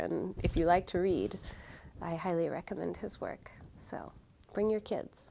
and if you like to read i highly recommend his work so bring your kids